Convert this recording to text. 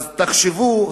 תחשבו,